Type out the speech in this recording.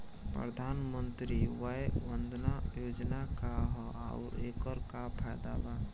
प्रधानमंत्री वय वन्दना योजना का ह आउर एकर का फायदा बा?